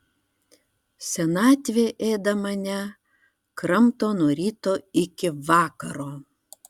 senatvė ėda mane kramto nuo ryto iki vakaro